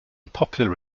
popular